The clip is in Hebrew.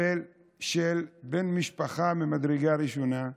אבל על בן משפחה מדרגה ראשונה,